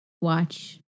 Watch